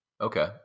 Okay